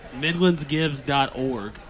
MidlandsGives.org